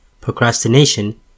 Procrastination